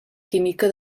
química